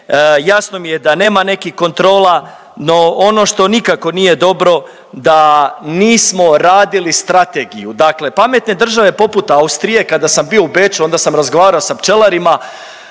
jasno mi je da nema nekih kontrola, no ono što nikako nije dobro, da nismo radili strategiju. Dakle pametne države poput Austrije, kada sam bio u Beču, onda sam razgovarao sa pčelarima